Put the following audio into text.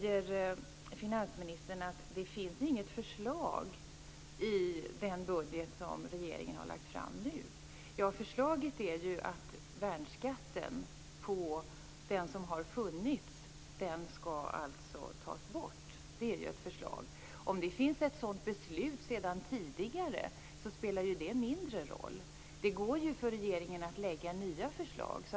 Finansministern säger att det inte finns något förslag i den budget som regeringen nu har lagt fram. Förslaget är ju att den värnskatt som finns skall tas bort. Att det sedan tidigare finns ett beslut härom spelar mindre roll. Regeringen kan ju lägga fram nya förslag.